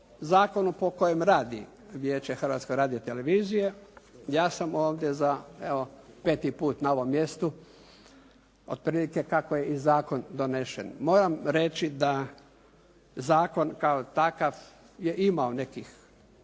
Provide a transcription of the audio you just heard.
zakonu po kojem radi Vijeće Hrvatske radiotelevizije. Ja sam ovdje za, evo 5. put na ovom mjestu, otprilike kako je i zakon donesen. Moram reći da zakon kao takav je imao nekih